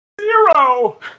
Zero